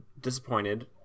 disappointed